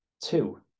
Two